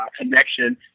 connection